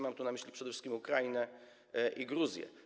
Mam tu na myśli przede wszystkim Ukrainę i Gruzję.